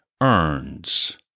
earns